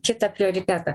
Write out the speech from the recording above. kitą prioritetą